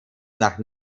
nach